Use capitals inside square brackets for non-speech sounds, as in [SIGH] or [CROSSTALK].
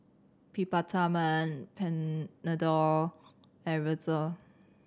Peptamen Panadol and [UNINTELLIGIBLE]